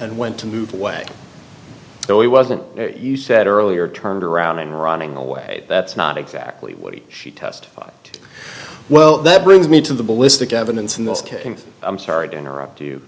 and went to move away so he wasn't you said earlier turned around and running away that's not exactly what she test well that brings me to the ballistic evidence in this case i'm sorry to interrupt you